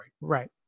Right